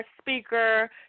speaker